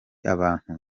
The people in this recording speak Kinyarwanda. abantu